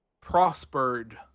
prospered